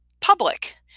public